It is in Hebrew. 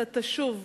אתה תשוב,